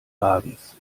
wagens